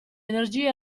energie